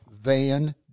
Van